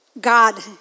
God